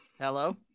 Hello